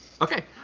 okay